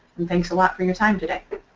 and thanks a lot for your time today.